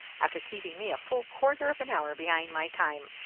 after keeping me a full quarter of an hour behind my time.